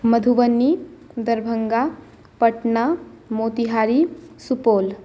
Madhubani Darbhanga Patna Motihari Supaul